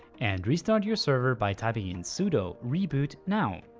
and restart your server by typing in sudo reboot now.